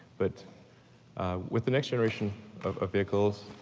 but with the next generation of vehicles,